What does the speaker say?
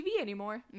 anymore